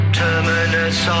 terminus